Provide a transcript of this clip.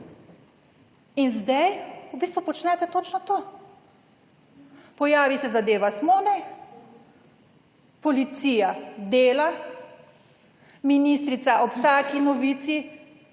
bistvu počnete točno to. Pojavi se zadeva Smode, policija dela, ministrica ob vsaki novici,